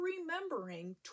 remembering